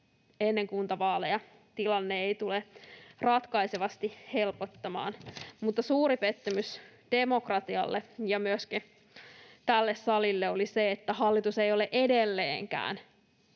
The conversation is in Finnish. ennen kuntavaaleja tilanne ei tule ratkaisevasti helpottamaan, mutta suuri pettymys demokratialle ja myöskin tälle salille oli se, että hallitus ei ole edelleenkään,